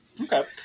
Okay